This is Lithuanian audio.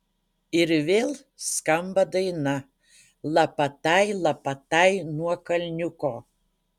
ir vėl skamba daina lapatai lapatai nuo kalniuko